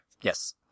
Yes